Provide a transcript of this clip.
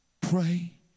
pray